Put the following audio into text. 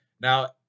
Now